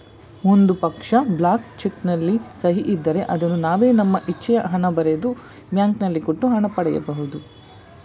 ಒಂದು ಪಕ್ಷ, blank cheque ನಲ್ಲಿ ಸಹಿ ಇದ್ದರೆ ಅದನ್ನು ನಾವೇ ನಮ್ಮ ಇಚ್ಛೆಯ ಹಣ ಬರೆದು, ಬ್ಯಾಂಕಿನಲ್ಲಿ ಕೊಟ್ಟು ಹಣ ಪಡಿ ಬಹುದು